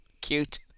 Cute